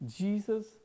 Jesus